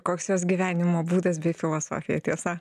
koks jos gyvenimo būdas bei filosofija tiesa